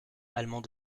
allemand